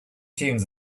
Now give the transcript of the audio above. tunes